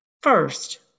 First